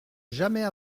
jamais